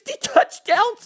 touchdowns